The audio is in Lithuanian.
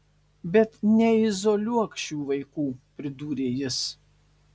bet neizoliuok šių vaikų pridūrė jis